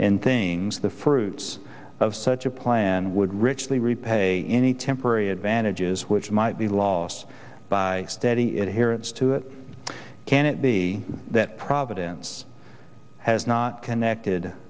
in things the fruits of such a plan would richly repay any temporary advantages which might be lost by steady it here it's to it can it be that providence has not connected